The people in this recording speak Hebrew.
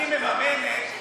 אני מממנת,